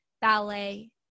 ballet